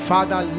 Father